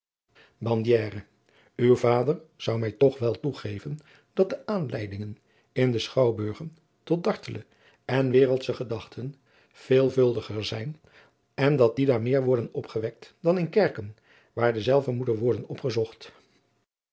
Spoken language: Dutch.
uw vader zou mij toch wel toegeven dat de aanleidingen in de schouwburgen tot dartele en wereldsche gedachten veelvuldiger zijn en dat die daar meer worden opgewekt dan in kerken waar dezelve moeten worden opgezocht